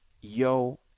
yo